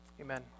amen